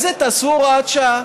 את זה תעשו הוראת שעה.